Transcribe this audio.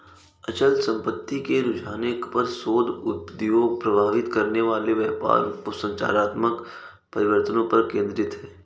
अचल संपत्ति के रुझानों पर शोध उद्योग को प्रभावित करने वाले व्यापार और संरचनात्मक परिवर्तनों पर केंद्रित है